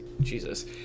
Jesus